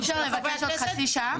אי אפשר לבקש עוד חצי שעה?